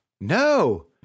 No